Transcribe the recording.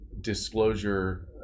disclosure